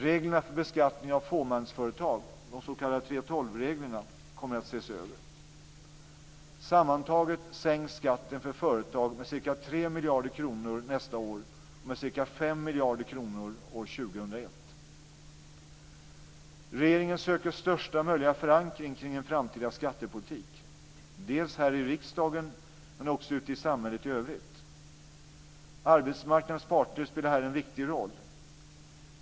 Reglerna för beskattning av fåmansföretag, de s.k. 3:12-reglerna, kommer att ses över. Sammantaget sänks skatten för företag med ca 3 miljarder kronor nästa år och med ca 5 miljarder kronor år Regeringen söker största möjliga förankring kring en framtida skattepolitik här i riksdagen men också ute i samhället i övrigt. Arbetsmarknadens parter spelar här en viktig roll.